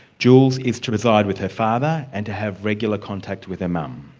jules is to reside with her father, and to have regular contact with her mum.